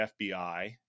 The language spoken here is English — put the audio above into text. fbi